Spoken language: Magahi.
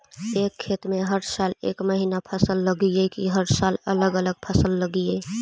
एक खेत में हर साल एक महिना फसल लगगियै कि हर साल अलग अलग फसल लगियै?